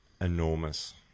Enormous